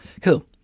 Cool